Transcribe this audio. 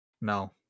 No